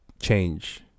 change